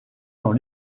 dans